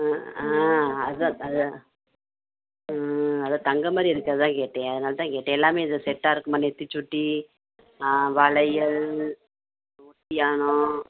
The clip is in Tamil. ஆ ஆ அதுதான் அதுதான் ஆ அதுதான் தங்கம் மாதிரி இருக்கே அதுதான் கேட்டேன் அதனால்தான் கேட்டேன் எல்லாமே செட்டாக இருக்குமா நெற்றிச்சுட்டி ஆ வளையல் ஒட்டியாணம்